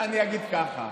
אני אגיד ככה: